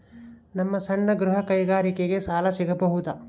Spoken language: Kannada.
ನಮ್ಮ ಸಣ್ಣ ಗೃಹ ಕೈಗಾರಿಕೆಗೆ ಸಾಲ ಸಿಗಬಹುದಾ?